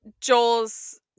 Joel's